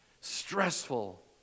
stressful